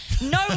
No